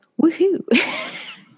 Woohoo